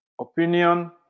opinion